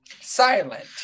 silent